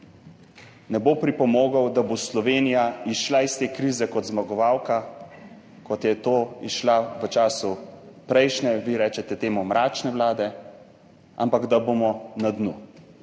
ne bo pripomogel k temu, da bo Slovenija izšla iz te krize kot zmagovalka, kot je izšla v času prejšnje, vi rečete temu, mračne vlade, ampak da bomo na dnu,